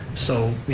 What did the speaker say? so, you